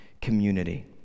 community